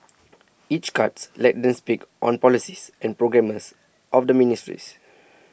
each cut lets them speak on the policies and programmes of the ministries